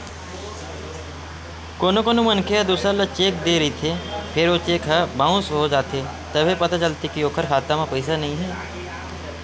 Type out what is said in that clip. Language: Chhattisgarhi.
कोनो कोनो मनखे ह दूसर ल चेक दे रहिथे फेर ओ चेक ह बाउंस हो जाथे तभे पता चलथे के ओखर खाता म पइसा नइ हे